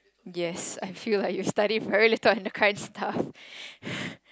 yes I feel like you study very little endocrine stuff